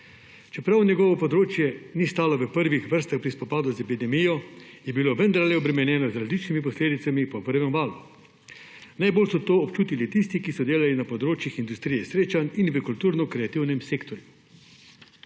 Čeprav njegovo področje ni stalo v prvih vrstah pri spopadu z epidemijo, je bilo vendar obremenjeno z različnimi posledicami po prvem valu. Najbolj so to občutili tisti, ki so delali na področju industrije srečanj in v kulturno-kreativnem sektorju.